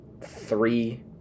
three